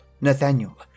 Nathaniel